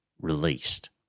released